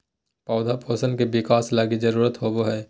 पौधा पोषण के बिकास लगी जरुरत होबो हइ